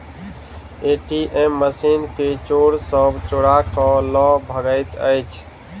ATM machine के चोर सब चोरा क ल भगैत अछि